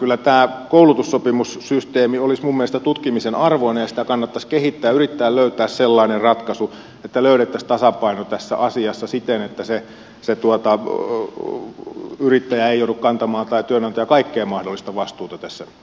kyllä tämä koulutussopimussysteemi olisi minusta tutkimisen arvoinen ja sitä kannattaisi kehittää yrittää löytää sellainen ratkaisu että löydettäisiin tasapaino tässä asiassa siten että se työnantaja ei joudu kantamaan kaikkea mahdollista vastuuta tässä asiassa